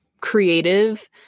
creative